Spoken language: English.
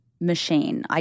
machine